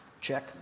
Check